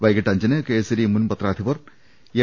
വൈകീട്ട് അഞ്ചിന് കേസരി മുൻ പത്രാധിപർ എം